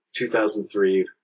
2003